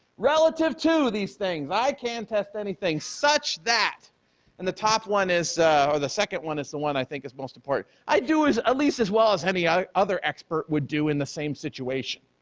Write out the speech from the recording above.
relative to these things, i can test anything such that and the top one is a or the second one is the one i think it's most important. i do is at least as well as any other other expert would do in the same situation,